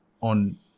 on